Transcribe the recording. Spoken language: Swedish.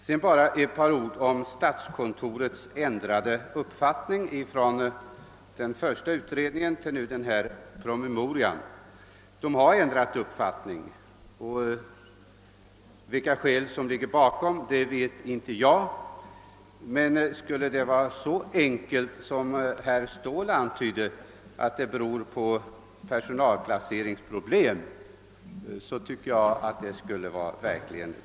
Sedan bara några ord om statskontorets ändrade uppfattning från tiden för den första utredningen till framläggandet av den senaste promemorian. Statskontoret har ändrat uppfattning. Vilka skäl som där legat bakom vet jag inte. Men om det var så enkelt som herr Ståhl antydde, att den ändrade uppfattningen beror på personalplaneringsproblem, så tycker jag verkligen att det vore bedrövligt.